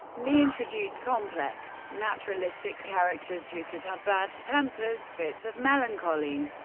lee introduced complex, naturalistic characters who could have bad tempers, fits of melancholy,